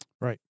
Right